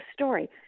story